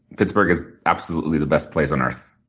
pittsburgh is absolutely the best place on earth.